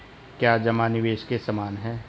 क्या जमा निवेश के समान है?